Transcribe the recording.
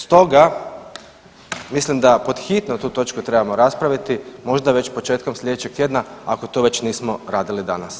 Stoga mislim da pod hitno tu točku trebamo raspraviti, možda već početkom sljedećeg tjedna ako to već nismo radili danas.